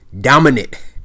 dominant